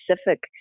specific